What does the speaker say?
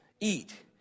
eat